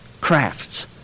crafts